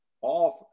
off